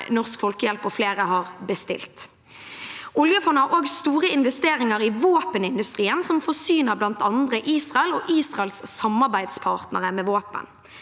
Norsk Folkehjelp og flere har bestilt. Oljefondet har også store investeringer i våpenindustrien, som forsyner blant andre Israel og Israels samarbeidspartnere med våpen.